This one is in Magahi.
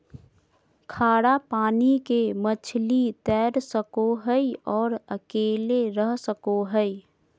खारा पानी के मछली तैर सको हइ और अकेले रह सको हइ